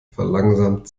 verlangsamt